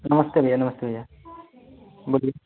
नमस्ते भैया नमस्ते भैया बोलिए